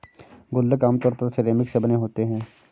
गुल्लक आमतौर पर सिरेमिक से बने होते हैं